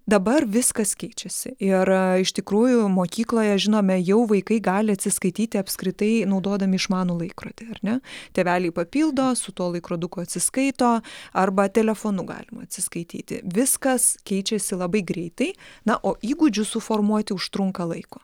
dabar viskas keičiasi ir iš tikrųjų mokykloje žinome jau vaikai gali atsiskaityti apskritai naudodami išmanų laikrodį ar ne tėveliai papildo su tuo laikroduku atsiskaito arba telefonu galima atsiskaityti viskas keičiasi labai greitai na o įgūdžių suformuoti užtrunka laiko